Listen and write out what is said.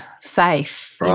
safe